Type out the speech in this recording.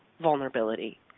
vulnerability